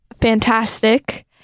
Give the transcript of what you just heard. fantastic